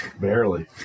Barely